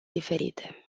diferite